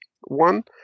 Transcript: one